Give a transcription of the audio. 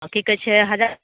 की कहै छियै हजार